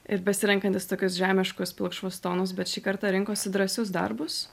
ir besirenkantys tokius žemiškus pilkšvus tonus bet šį kartą rinkosi drąsius darbus